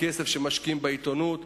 הכסף שמשקיעים בעיתונות,